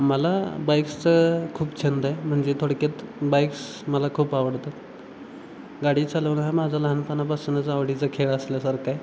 मला बाईक्सचा खूप छंद आहे म्हणजे थोडक्यात बाईक्स मला खूप आवडतात गाडी चालवणं हा माझा लहानपणापासूनच आवडीचा खेळ असल्यासारखा आहे